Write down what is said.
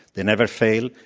they never fail,